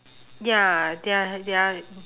ya they're they're